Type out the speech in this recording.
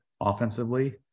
offensively